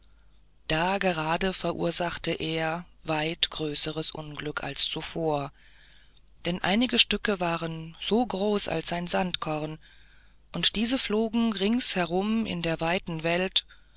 da gerade verursachte er weit größeres unglück als zuvor denn einige stücke waren so groß als ein sandkorn und diese flogen rings herum in der weiten welt